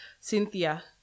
Cynthia